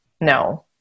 No